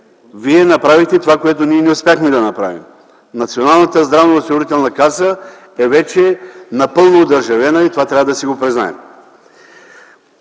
вие направихте това, което ние не успяхме да направим – Националната здравноосигурителна каса вече е напълно одържавена. Това трябва да си го признаем.